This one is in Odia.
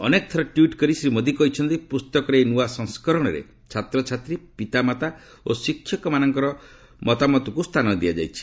ଅନେକ ଥର ଟ୍ୱିଟ୍ କରି ଶ୍ରୀ ମୋଦୀ କହିଛନ୍ତି ପୁସ୍ତକର ଏହି ନୂଆ ସଂସ୍କରଣରେ ଛାତ୍ରଛାତ୍ରୀ ପିତାମାତା ଓ ଶିକ୍ଷକମାନଙ୍କର ମତାମତକୁ ସ୍ଥାନ ଦିଆଯାଇଛି